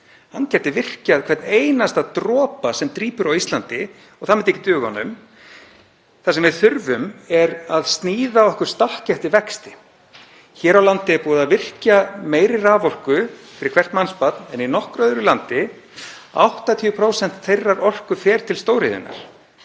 Hann gæti virkjað hvern einasta dropa sem drýpur á Íslandi og það myndi ekki duga honum. Það sem við þurfum er að sníða okkur stakk eftir vexti. Hér á landi er búið að virkja meiri raforku fyrir hvert mannsbarn en í nokkru öðru landi. 80% þeirrar orku fara til stóriðjunnar.